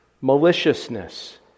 maliciousness